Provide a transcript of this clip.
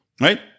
right